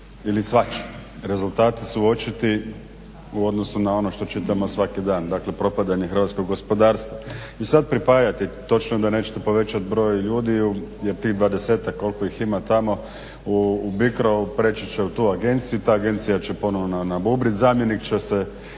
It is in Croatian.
ili svačim. Rezultati su očiti u odnosu na ono što čitamo svaki dan, dakle propadanje hrvatskog gospodarstva. I sad pripajate, točno je da nećete povećat broj ljudi jer tih 20-tak koliko ih ima tamo u BICRO-u prijeći će u tu agenciju, ta agencija će ponovno nabubrit, zamjenik će se